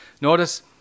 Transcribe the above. Notice